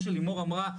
כמו שלימור אמרה,